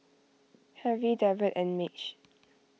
Harry Derald and Madge